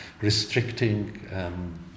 restricting